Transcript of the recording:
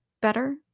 better